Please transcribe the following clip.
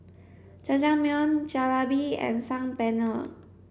Jajangmyeon Jalebi and Saag Paneer